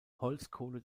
holzkohle